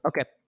okay